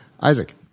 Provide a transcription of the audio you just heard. Isaac